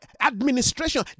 administration